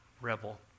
rebel